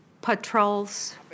patrols